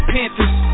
Panthers